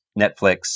netflix